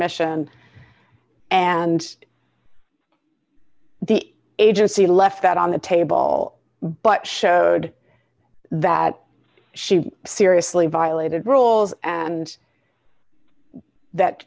mission and the agency left that on the table but showed that she seriously violated rules and that